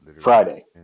Friday